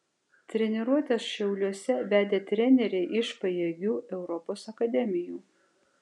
treniruotes šiauliuose vedė treneriai iš pajėgių europos akademijų